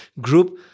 group